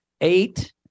Eight